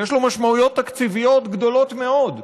שיש לו משמעויות תקציביות גדולות מאוד,